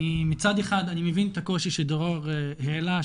אני מצד אחד מבין את הקושי שדרור העלה,